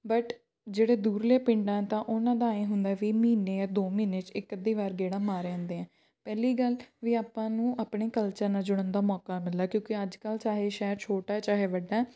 but ਜਿਹੜੇ ਦੂਰਲੇ ਪਿੰਡਾਂ ਤਾਂ ਉਹਨਾਂ ਦਾ ਹੈ ਹੁੰਦਾ ਵੀ ਮਹੀਨੇ ਜਾਂ ਦੋ ਮਹੀਨੇ 'ਚ ਇੱਕ ਅੱਧੀ ਵਾਰ ਗੇੜਾ ਮਾਰ ਏ ਆਉਂਦੇ ਹਾਂ ਪਹਿਲੀ ਗੱਲ ਵੀ ਆਪਾਂ ਨੂੰ ਆਪਣੇ ਕਲਚਰ ਨਾਲ ਜੁੜਨ ਦਾ ਮੌਕਾ ਮਿਲਦਾ ਕਿਉਂਕਿ ਅੱਜ ਕੱਲ੍ਹ ਚਾਹੇ ਸ਼ਹਿਰ ਛੋਟਾ ਚਾਹੇ ਵੱਡਾ